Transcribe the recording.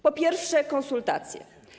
Po pierwsze, konsultacje.